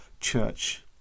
church